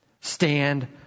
Stand